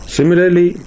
Similarly